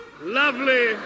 Lovely